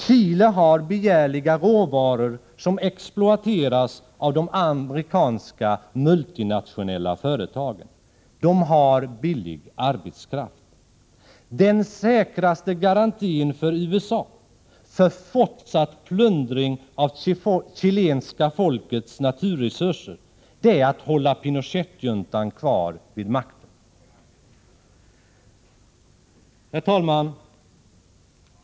Chile har begärliga råvaror som exploateras av de amerikanska multinationella företagen. Dessa får där tillgång till billig arbetskraft. Den säkraste garantin för USA, för fortsatt plundring av chilenska folkets naturresurser, är att hålla Pinochetjuntan kvar vid makten. Herr talman!